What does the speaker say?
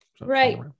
right